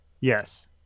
Yes